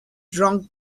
drunk